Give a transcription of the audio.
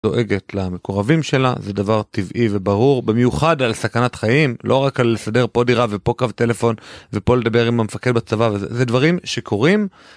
דואגת למקורבים שלה, זה דבר טבעי וברור במיוחד על סכנת חיים, לא רק על סדר פה דירה ופה קו טלפון ופה לדבר עם המפקד בצבא וזה דברים שקורים.